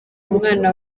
umwana